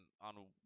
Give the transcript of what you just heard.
on